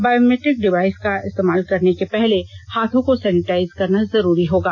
biometric device का इस्तेमाल करने के पहले हाथों को सैनिटाइज करना जरूरी होगा